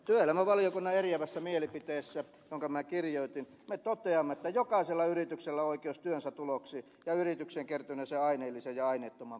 työelämävaliokunnan eriävässä mielipiteessä jonka minä kirjoitin me toteamme että jokaisella yrityksellä on oikeus työnsä tuloksiin ja yritykseen kertyneeseen aineelliseen ja aineettomaan pääomaan